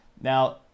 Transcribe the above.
Now